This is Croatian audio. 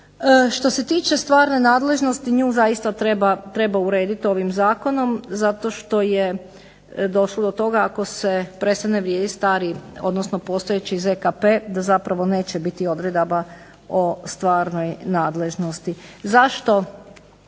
Što se tiče stvarne nadležnosti nju zaista treba urediti ovim zakonom zato što je došlo do toga ako se prestane vrijediti stari, odnosno postojeći ZKP da zapravo neće biti odredaba o stvarnoj nadležnosti. Zašto